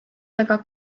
väga